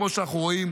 כמו שאנחנו רואים,